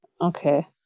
Okay